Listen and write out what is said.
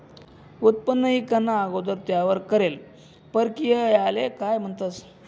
उत्पन्न ईकाना अगोदर त्यावर करेल परकिरयाले काय म्हणतंस?